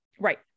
right